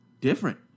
different